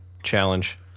challenge